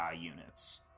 units